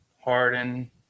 Harden